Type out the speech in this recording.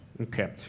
Okay